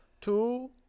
two